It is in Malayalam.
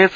എസ്